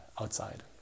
outside